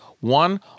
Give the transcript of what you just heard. One